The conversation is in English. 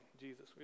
Jesus